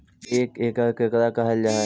एक एकड़ केकरा कहल जा हइ?